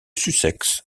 sussex